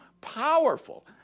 powerful